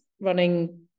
running